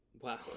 wow